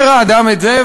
אומר האדם את זה,